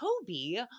Toby